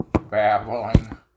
babbling